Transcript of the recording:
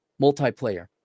multiplayer